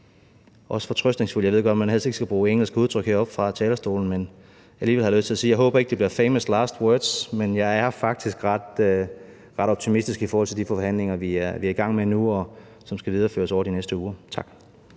også fortrøstningsfuld. Jeg ved godt, at man helst ikke skal bruge engelske udtryk heroppe fra talerstolen, men jeg har alligevel lyst til at sige, at jeg ikke håber, at det bliver famous last words, men at jeg faktisk er ret optimistisk i forhold til de forhandlinger, som vi er i gang med nu, og som skal videreføres over de næste uger. Tak.